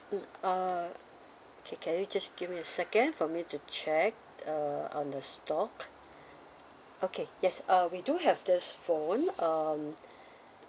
mm uh K can you just give me a second for me to check uh on the stock okay yes uh we do have this phone um